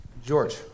George